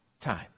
time